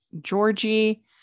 georgie